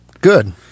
Good